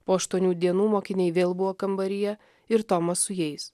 po aštuonių dienų mokiniai vėl buvo kambaryje ir tomas su jais